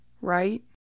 right